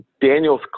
Daniel's